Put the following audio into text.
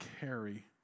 carry